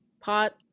pot